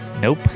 Nope